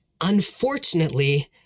Unfortunately